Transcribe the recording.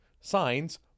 signs